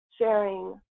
sharing